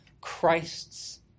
Christ's